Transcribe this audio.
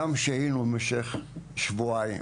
שם שהינו במשך שבועיים.